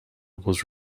was